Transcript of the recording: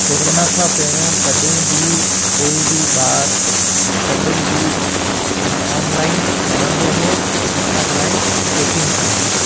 corona खां पहिरियों कॾहिं बि कोई बि ॿार कॾहिं बि न ऑनलाइन पढ़ंदो हो न ऑनलाइन कोचिंग कंदो हो